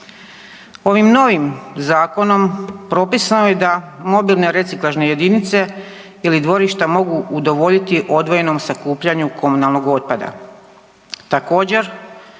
Ovim novim zakonom propisano je da mobilne reciklažne jedinice ili dvorišta mogu udovoljiti odvojenom sakupljanju komunalnog otpada.